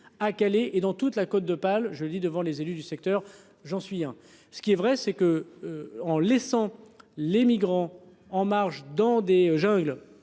à Calais et dans toute la Côte d'Opale jeudi devant les élus du secteur, j'en suis hein. Ce qui est vrai c'est que en laissant les migrants en marge dans des jungles